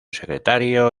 secretario